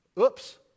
oops